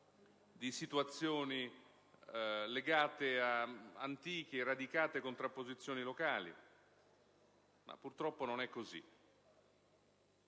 di situazioni legate ad antiche e radicate contrapposizioni locali, ma purtroppo non è così.